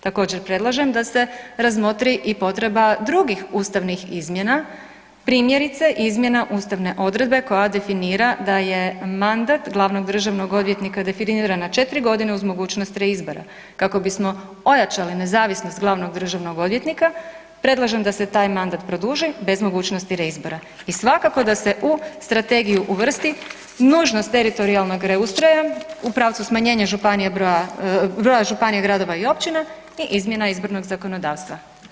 Također, predlažem da se razmotri i potreba i drugih ustavnih izmjena, primjerice, izmjena ustavne odredbe koja definira da je mandat glavnog državnog odvjetnika definiran na 4 godine uz mogućnost reizbora, kako bismo ojačali nezavisnost glavnog državnog odvjetnika, predlažem da se taj mandat produži bez mogućosti reizbora i svakako da se u strategiju uvrsti nužnost teritorijalnog reustroja u pravcu smanjenja županija, broja, broja županija, gradova i općina i izmjena izbornog zakonodavstva.